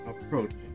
approaching